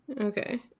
Okay